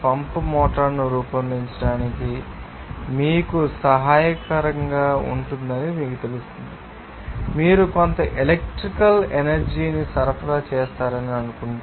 pump మోటారును రూపొందించడానికి మీకు సహాయకరంగా ఉంటుందని మీకు తెలుస్తుంది మీరు కొంత ఎలక్ట్రికల్ ఎనర్జీ ని సరఫరా చేస్తారని అనుకుంటే